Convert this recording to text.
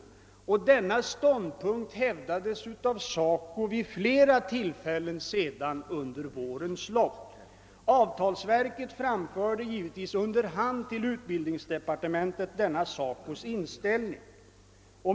Denna ståndpunkt hävdade sedan SACO vid flera tillfällen under vårens lopp. Avtalsverket framförde givetvis under hand till utbildningsdepartementet denna SACO:s inställning.